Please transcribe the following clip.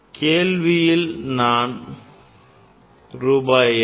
கேள்வியில் நான் ரூபாய் 200